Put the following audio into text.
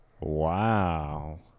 Wow